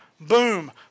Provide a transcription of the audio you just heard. boom